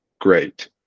great